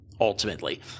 ultimately